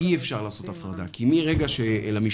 אי אפשר לעשות הפרדה, כי מרגע שלמשטרה